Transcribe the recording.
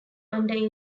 under